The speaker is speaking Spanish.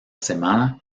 semana